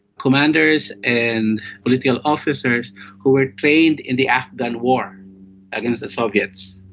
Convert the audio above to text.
commanders and political officers who were trained in the afghan war against the soviets.